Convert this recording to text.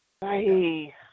Hey